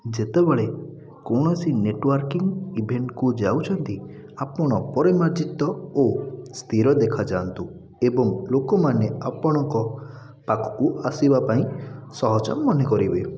ଯେତେବେଳେ କୌଣସି ନେଟୱାର୍କିଂ ଇଭେଣ୍ଟ୍କୁ ଯାଉଛନ୍ତି ଆପଣ ପରିମାର୍ଜିତ ଓ ସ୍ଥିର ଦେଖାଯାଆନ୍ତୁ ଏବଂ ଲୋକମାନେ ଆପଣଙ୍କ ପାଖକୁ ଆସିବାପାଇଁ ସହଜ ମନେ କରିବେ